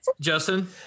Justin